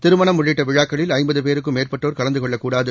திருமணம் உள்ளிட்ட விழாக்களில் ஐம்பது பேருக்கும் மேற்பட்டோர் கலந்துகொள்ளக்கூடாது